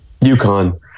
UConn